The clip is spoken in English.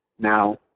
Now